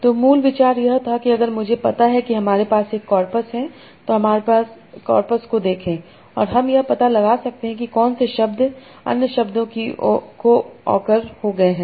तो मूल विचार यह था कि अगर मुझे पता है कि हमारे पास एक कॉर्पस है तो हमारे कॉर्पस को देखें और हम यह पता लगा सकते हैं कि कौन से शब्द अन्य शब्दों से को ओकर हो गए हैं